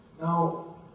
Now